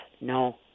No